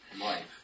life